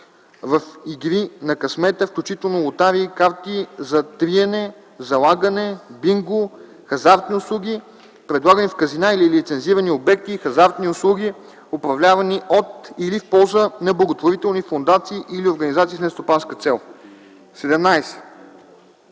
в игри на късмета, включително лотарии, карти за триене, залагане, бинго, хазартни услуги, предлагани в казина или лицензирани обекти и хазартни услуги, управлявани от или в полза на благотворителни фондации или организации с нестопанска цел.